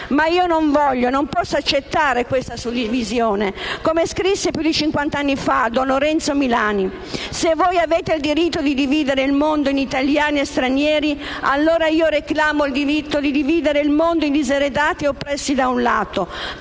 l'ha. Non voglio e non posso accettare questa suddivisione. Come scrisse più di cinquant'anni fa don Lorenzo Milani, «Se voi avete il diritto di dividere il mondo in italiani e stranieri, allora io (...) reclamo il diritto di dividere il mondo in diseredati e oppressi da un lato,